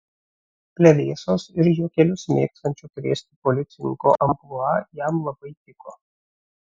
plevėsos ir juokelius mėgstančio krėsti policininko amplua jam labai tiko